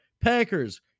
Packers